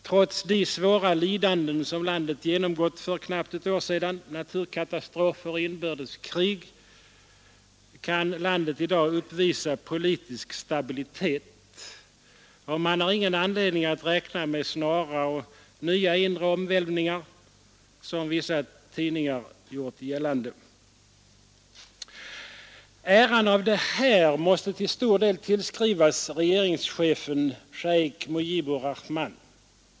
Trots de svåra lidanden som landet genomgått för knappt ett år sedan — naturkatastrofer och inbördeskrig — kan det i dag uppvisa politisk stabilitet, och man har ingen anledning att räkna med snara, nya inre omvälvningar, som vissa tidningar gjort gällande. Äran av detta måste till stor del tillskrivas regeringschefen schejk Mujibur Rahman.